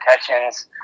protections